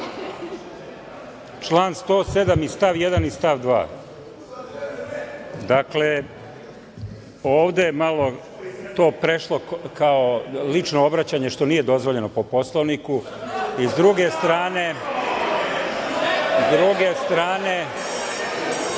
Član 107, stav 1. i stav 2.Ovde je malo to prešlo kao lično obraćanje, što nije dozvoljeno po Poslovniku.S druge strane,